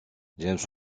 james